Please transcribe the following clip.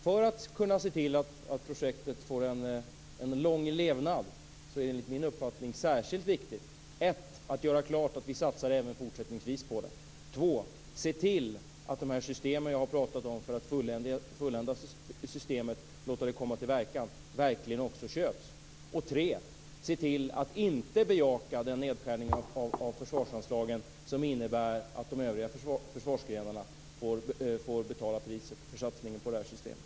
För att kunna se till att projektet får en lång levnad är följande enligt min mening särskilt viktigt: 1. att göra klart att vi även fortsättningsvis satsar på det, 2. att se till att de detaljer för att fullända systemet som jag har talat om verkligen också köps in och 3. att inte bejaka den nedskärning av förslagsanslagen som innebär att de övriga försvarsgrenarna får betala priset för satsningen på det här systemet.